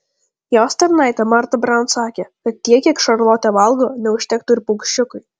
jos tarnaitė marta braun sakė kad tiek kiek šarlotė valgo neužtektų ir paukščiukui